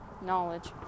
knowledge